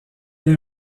est